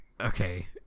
Okay